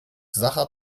sacher